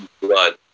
blood